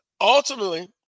Ultimately